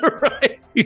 Right